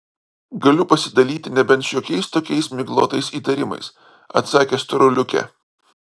galiu pasidalyti nebent šiokiais tokiais miglotais įtarimais atsakė storuliuke